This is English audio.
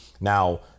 Now